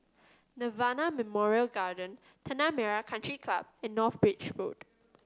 Nirvana Memorial Garden Tanah Merah Country Club and North Bridge Road